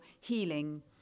healing